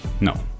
No